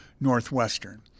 Northwestern